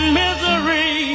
misery